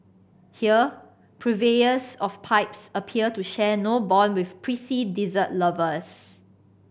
here purveyors of pipes appear to share no bond with prissy dessert lovers